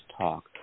talk